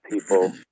people